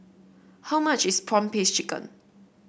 how much is prawn paste chicken